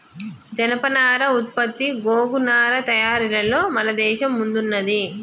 జనపనార ఉత్పత్తి గోగు నారా తయారీలలో మన దేశం ముందున్నది